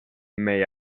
may